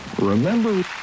Remember